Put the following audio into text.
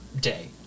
day